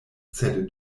sed